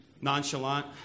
nonchalant